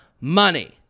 money